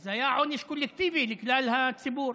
וזה היה עונש קולקטיבי לכלל הציבור,